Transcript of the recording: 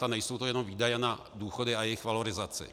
A nejsou to jenom výdaje na důchody a jejich valorizaci.